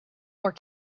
more